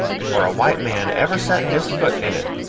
before a white man ever set his foot in it.